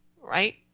right